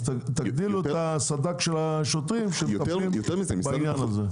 אז תגדילו את סדר הכוחות של השוטרים שמטפלים בעניין הזה.